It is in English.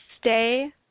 Stay